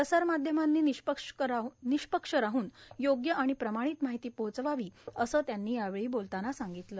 प्रसारमाध्यमांनी निष्पक्ष राहून योग्य आणि प्रमाणित माहिती पोचवावी असं त्यांनी यावेळी बोलताना सांगितलं